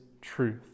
truth